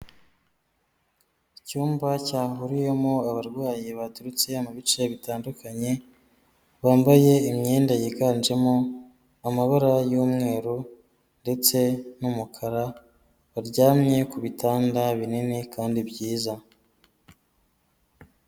Icyumba cyahuriyemo abarwayi baturutse mu bice bitandukanye, bambaye imyenda yiganjemo amabara y'umweru ndetse n'umukara, baryamye ku bitanda binini kandi byiza.